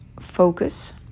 Focus